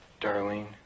Darlene